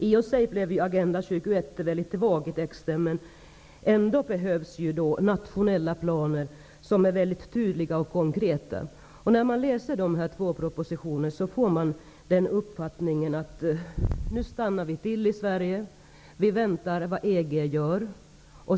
I och för sig blev Agenda 21 litet vag i texten. Men ändå behövs nationella planer som är tydliga och konkreta. När man läser dessa två propositioner, får man uppfattningen att vi nu stannar till i Sverige och väntar på vad EG gör.